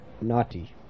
naughty